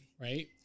right